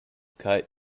cut